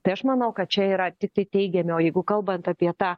tai aš manau kad čia yra tiktai teigiami o jeigu kalbant apie tą